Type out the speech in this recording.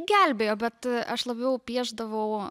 gelbėjo bet aš labiau piešdavau